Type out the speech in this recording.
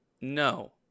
No